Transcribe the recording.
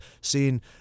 seen